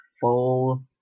full